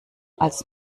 als